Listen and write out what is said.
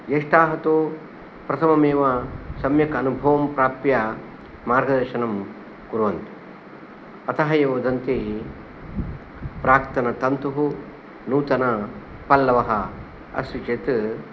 ज्येष्ठाः तु प्रथममेव सम्यक् अनुभवं प्राप्य मार्गदर्शनं कुर्वन्ति अतः एव वदन्ति प्राक्तनतन्तुः नूतनपल्लवः अस्ति चेत्